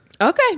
okay